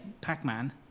Pac-Man